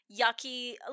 yucky